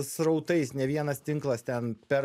srautais ne vienas tinklas ten per